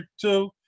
two